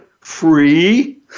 Free